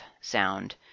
sound